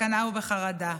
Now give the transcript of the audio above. בסכנה ובחרדה.